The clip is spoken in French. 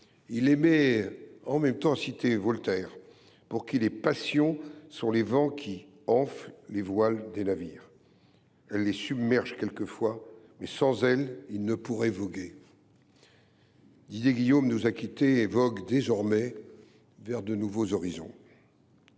il aimait à citer Voltaire, pour qui « les passions sont les vents qui enflent les voiles du navire ; elles le submergent quelquefois, mais sans elles il ne pourrait voguer ». Didier Guillaume nous a quittés, et vogue désormais vers de nouveaux horizons.